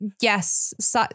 yes